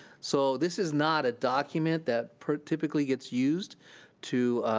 so this is not a document that typically gets used to,